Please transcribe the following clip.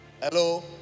Hello